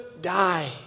die